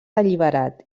alliberat